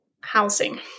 housing